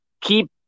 Keep